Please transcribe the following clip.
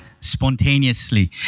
spontaneously